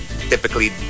typically